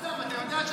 תודה רבה.